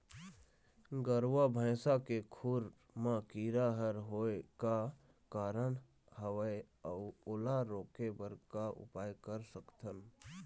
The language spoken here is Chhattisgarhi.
गरवा भैंसा के खुर मा कीरा हर होय का कारण हवए अऊ ओला रोके बर का उपाय कर सकथन?